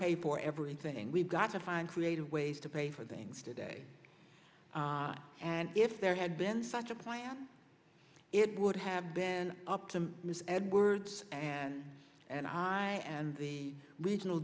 pay for everything and we've got to find creative ways to pay for the things today and if there had been such a plan it would have been up to ms edwards and and high and the regional